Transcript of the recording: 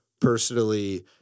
personally